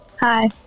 Hi